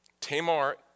Tamar